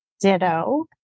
Ditto